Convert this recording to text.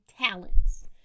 talents